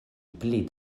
pli